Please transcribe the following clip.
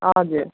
हजुर